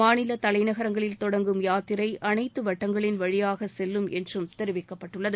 மாநில தலைநகரங்களில் தொடங்கும் யாத்திரை அனைத்து வட்டங்களின் வழியாக செல்லும் என்றும் தெரிவிக்கப்பட்டுள்ளது